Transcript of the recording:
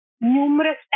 numerous